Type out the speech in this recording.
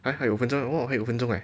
还还有五分钟 oh 还有五分钟 leh